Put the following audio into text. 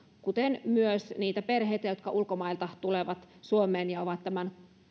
kuten myös niitä perheitä jotka ulkomailta tulevat suomeen ja ovat tämän